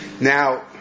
Now